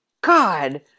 God